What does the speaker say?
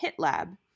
HitLab